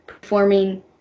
performing